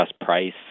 price